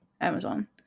Amazon